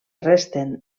resten